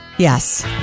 Yes